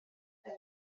beth